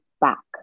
back